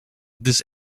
this